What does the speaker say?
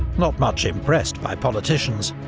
not much impressed by politicians,